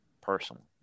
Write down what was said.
personally